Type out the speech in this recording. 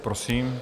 Prosím.